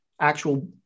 actual